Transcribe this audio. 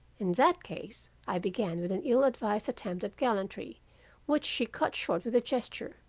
in that case i began with an ill-advised attempt at gallantry which she cut short with a gesture.